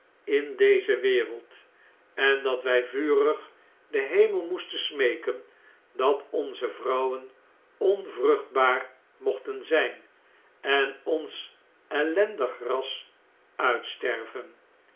in deze wereld en dat wij vurig den hemel moesten smeeken dat onze vrouwen onvruchtbaar mochten zn'n en ons ellendig ras uitsterven